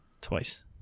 twice